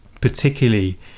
particularly